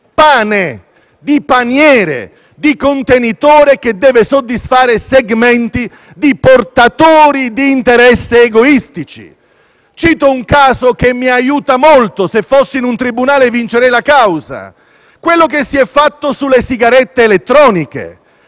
specie di paniere, di contenitore che deve soddisfare segmenti di portatori di interessi egoistici. Cito un caso che mi aiuta molto e, se fossi in un tribunale, vincerei la causa: quanto si è fatto sulle sigarette elettroniche.